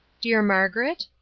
dear margaret?